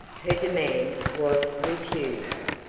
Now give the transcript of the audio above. her demand was refused.